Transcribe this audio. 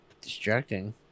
distracting